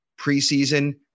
preseason